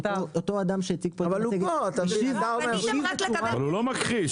אותו אדם שהציג פה את המצגת השיב בצורה --- אבל הוא לא מכחיש,